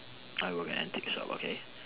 I work an antique shop okay